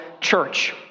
church